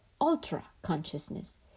ultra-consciousness